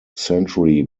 century